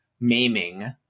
maiming